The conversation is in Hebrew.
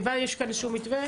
אם יש כאן איזשהו מתווה,